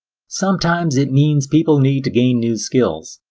sometimes it means people need to gain new skills,